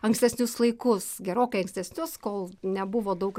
ankstesnius laikus gerokai ankstesnius kol nebuvo daug